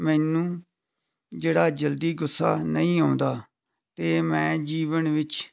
ਮੈਨੂੰ ਜਿਹੜਾ ਜਲਦੀ ਗੁੱਸਾ ਨਹੀਂ ਆਉਂਦਾ ਅਤੇ ਮੈਂ ਜੀਵਨ ਵਿੱਚ